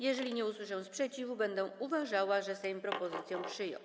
Jeżeli nie usłyszę sprzeciwu, będę uważała, że Sejm propozycje przyjął.